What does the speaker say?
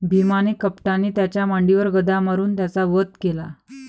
भीमाने कपटाने त्याच्या मांडीवर गदा मारून त्याचा वध केला